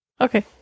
Okay